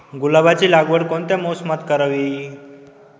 गुलाबाची लागवड कोणत्या मोसमात करावी?